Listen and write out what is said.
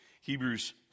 Hebrews